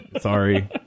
Sorry